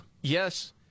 yes